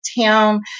town